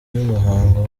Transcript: y’umuhango